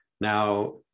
now